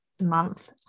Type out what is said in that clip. month